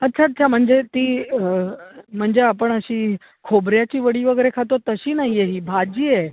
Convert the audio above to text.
अच्छा अच्छा म्हणजे ती म्हणजे आपण अशी खोबऱ्याची वडी वगैरे खातो तशी नाही आहे ही भाजी आहे